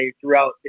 throughout